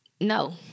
no